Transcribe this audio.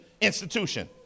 institution